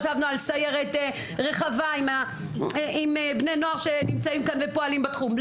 חשבנו על סיירת רחבה עם בני נוער שנמצאים כאן ופועלים בתחום.